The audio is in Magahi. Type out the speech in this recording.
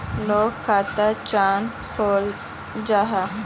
लोग खाता चाँ खोलो जाहा?